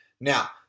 Now